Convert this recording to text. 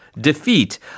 defeat